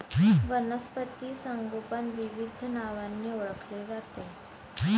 वनस्पती संगोपन विविध नावांनी ओळखले जाते